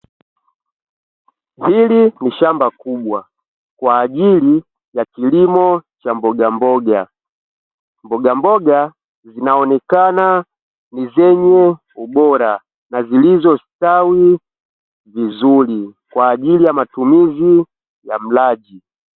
Hili ni shamba kubwa kwa ajili ya kilimo cha mbogamboga. Mbogamboga zinaonekana ni zenye ubora na zilizostawi vizuri kwa ajili ya matumizi ya mlaji.